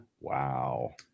Wow